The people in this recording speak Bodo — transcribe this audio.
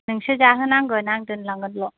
नोंसो जाहोनांगोन आं दोनलांगोनल'